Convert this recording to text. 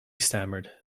stammered